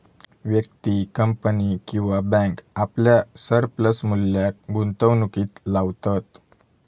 व्यक्ती, कंपनी किंवा बॅन्क आपल्या सरप्लस मुल्याक गुंतवणुकीत लावतत